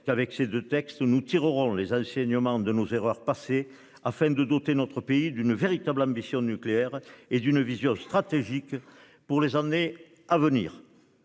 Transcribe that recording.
qu'avec ces deux textes nous tirerons les enseignements de nos erreurs passées afin de doter notre pays d'une véritable ambition nucléaire et d'une vision stratégique pour les années à venir.